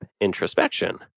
introspection